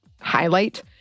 highlight